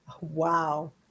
wow